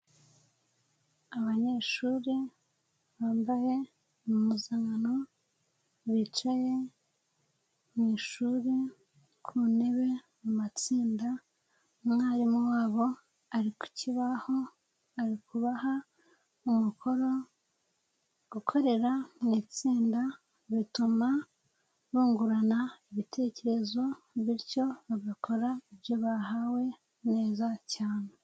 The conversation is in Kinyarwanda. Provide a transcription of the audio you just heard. Abanyeshuri bambaye impuzankano, bicaye mu ishuri ku ntebe mu matsinda, umwarimu wabo ari ku kibaho ari kubaha umukoro, gukorera mu itsinda bituma bungurana ibitekerezo bityo bagakora ibyo bahawe neza cyane.